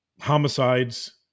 homicides